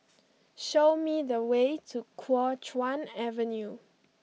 show me the way to Kuo Chuan Avenue